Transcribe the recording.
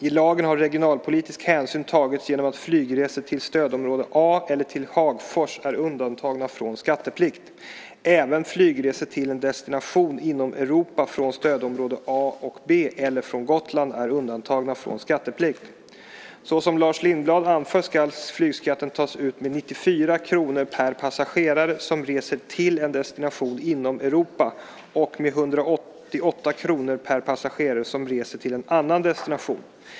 I lagen har regionalpolitisk hänsyn tagits genom att flygresor till stödområde A eller till Hagfors är undantagna från skatteplikt. Även flygresor till en destination inom Europa från stödområde A och B eller från Gotland är undantagna från skatteplikt. Såsom Lars Lindblad anför ska flygskatten tas ut med 94 kr per passagerare som reser till en destination inom Europa och med 188 kr per passagerare som reser till en annan destination.